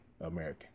American